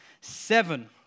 seven